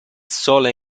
sole